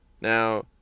Now